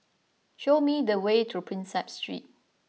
show me the way to Prinsep Street